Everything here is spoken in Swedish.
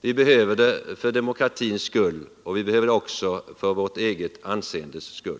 Vi behöver det för demokratins skull, och vi behöver det också för vårt eget anseendes skull.